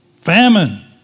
Famine